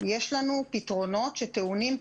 יש לנו פתרונות שטעונים,